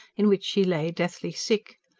in which she lay deathly sick.